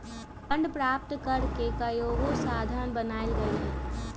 fund प्राप्त करेके कयगो साधन बनाएल गेल हइ